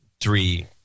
three